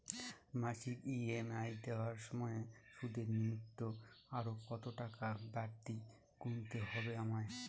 মাসিক ই.এম.আই দেওয়ার সময়ে সুদের নিমিত্ত আরো কতটাকা বাড়তি গুণতে হবে আমায়?